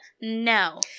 no